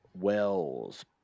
Wells